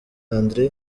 andré